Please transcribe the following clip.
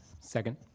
Second